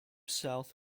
south